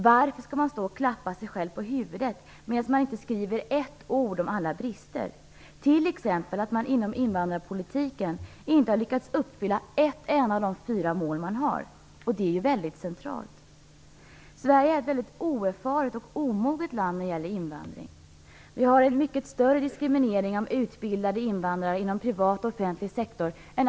Varför skall man stå och klappa sig själv på huvudet och inte skriva ett ord om alla brister, t.ex. att man inom invandrarpolitiken inte har lyckats uppfylla ett enda av de fyra målen? Detta är väldigt centralt. Sverige är ett väldigt oerfaret och omoget land när det gäller invandring. Vi har en mycket större diskriminering än andra västeuropeiska länder av utbildade invandrare inom privat och offentlig sektor.